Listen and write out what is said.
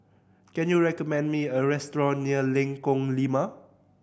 can you recommend me a restaurant near Lengkong Lima